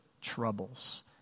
troubles